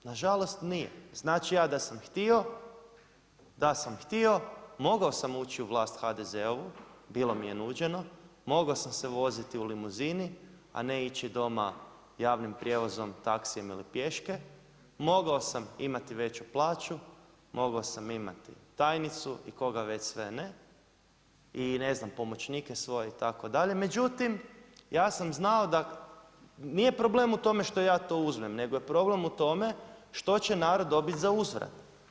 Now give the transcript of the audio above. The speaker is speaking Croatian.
Nažalost nije, znači ja da sam htio, mogao sam ući u vlast HDZ-ovu, bilo mi je nuđeno, mogao sam se voziti u limuzini a ne ići doma javnim prijevozom, taxijem ili pješke, mogao sam imati veću plaću, mogao sam imati tajnicu i koga sve ne, i ne znam, pomoćnike svoje itd., međutim ja sam znao da nije problem u tome što ja to uzmem, nego je problem u tome što će narod dobit iza uzvrat.